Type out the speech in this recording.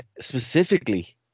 specifically